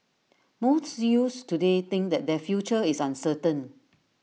most youths today think that their future is uncertain